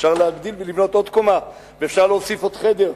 אפשר להגדיל ולבנות עוד קומה ואפשר להוסיף עוד חדר.